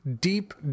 deep